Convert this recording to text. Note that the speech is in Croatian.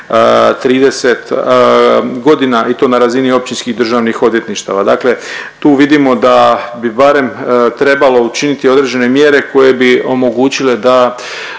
godina i to na razini općinskih državnih odvjetništava. Dakle, tu vidimo da bi barem trebalo učiniti određene mjere koje bi omogućile da